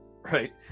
right